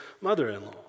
mother-in-law